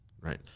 right